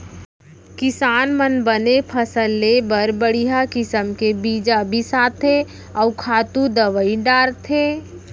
किसान मन बने फसल लेय बर बड़िहा किसम के बीजा बिसाथें अउ खातू दवई डारथें